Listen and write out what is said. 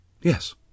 Yes